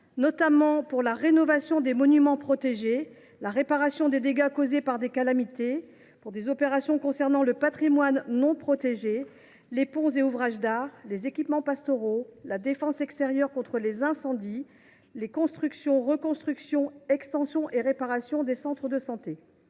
notamment pour la rénovation des monuments protégés, la réparation des dégâts causés par des calamités naturelles, les opérations concernant le patrimoine non protégé, les ponts et ouvrages d’art, les équipements pastoraux, la défense extérieure contre les incendies et la construction, la reconstruction, l’extension et la réparation des centres de santé.